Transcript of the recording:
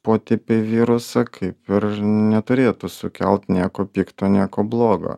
potipiai viruso kaip ir neturėtų sukelt nieko pikto nieko blogo